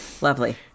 Lovely